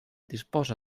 disposa